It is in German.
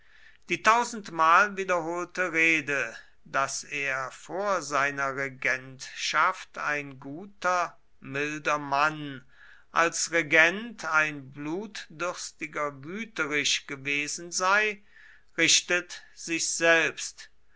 die tausendmal wiederholte rede daß er vor seiner regentschaft ein guter milder mann als regent ein blutdürstiger wüterich gewesen sei richtet sich selbst